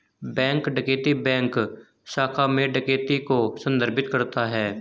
bank डकैती bank शाखा में डकैती को संदर्भित करता है